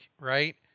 right